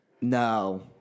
No